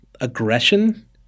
aggression